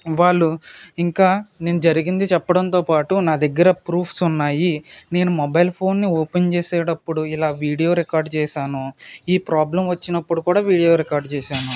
వాళ్ళు ఇంకా నేను జరిగింది చెప్పడంతో పాటు నా దగ్గర ప్రూఫ్స్ ఉన్నాయి నేను మొబైల్ ఫోన్ని ఓపెన్ చేసేటప్పుడు ఇలా వీడియో రికార్డ్ చేసాను ఈ ప్రాబ్లమ్ వచ్చినప్పుడు కూడా వీడియో రికార్డ్ చేసాను